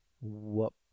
whoop